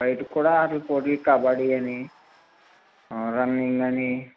బయటికి కూడా ఆటలపోటీలు కబడి అని రన్నింగ్ అని